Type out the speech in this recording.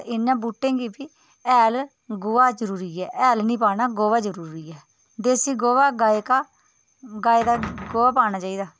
इ'यां बूह्टें गी बी हैल गोहा जरूरी ऐ हैल नि पाना गोहा जरूरी ऐ देसी गोहा गाय का गाय का गोहा पाना चाहिदा